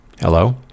Hello